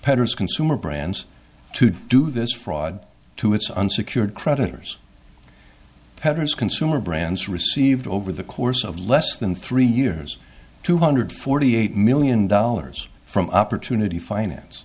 petters consumer brands to do this fraud to its unsecured creditors petters consumer brands received over the course of less than three years two hundred forty eight million dollars from opportunity finance